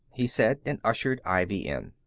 he said, and ushered ivy in.